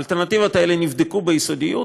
האלטרנטיבות האלה נבדקו ביסודיות,